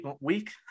week